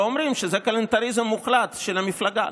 ואומרים שזה כלנתריזם מוחלט של המפלגה.